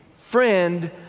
friend